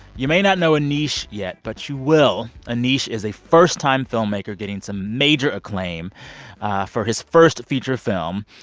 you may not know aneesh yet, but you will. aneesh is a first-time filmmaker getting some major acclaim for his first feature film.